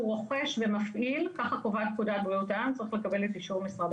רוכש ומפעיל צריך לקבל את אישור משרד הבריאות.